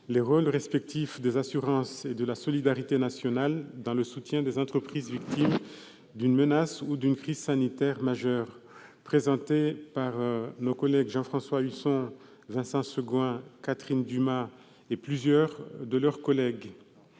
les rôles respectifs des assurances et de la solidarité nationale dans le soutien des entreprises victimes d'une menace ou d'une crise sanitaire majeure, présentée par MM. Jean-François Husson, Vincent Segouin, Mme Catherine Dumas et plusieurs de leurs collègues